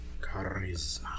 Charisma